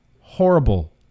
horrible